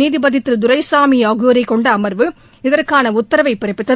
நீதிபதி திரு துரைசாமி ஆகியோரைக் கொண்ட அமர்வு இதற்கான உத்தரவை பிறப்பித்தது